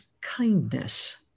kindness